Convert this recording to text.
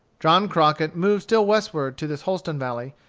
john crockett moved still westward to this holston valley,